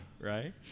Right